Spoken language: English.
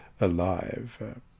alive